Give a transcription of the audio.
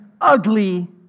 ugly